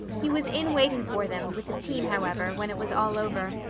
he was in waiting for them, with the team, however, when it was all over,